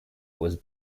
was